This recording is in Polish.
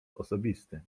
osobisty